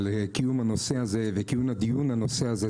על קיום הדיון בנושא הזה,